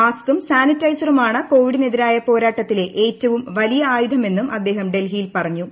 മാസ്കും സാനിറ്റൈസറും ആണ് കോവിഡിനെതിരായ പോരാട്ടത്തിലെ ഏറ്റവും വലിയ ആയുധമെന്നും അദ്ദേഹം ഡൽഹി യിൽ പറഞ്ഞു